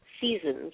seasons